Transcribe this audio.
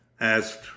asked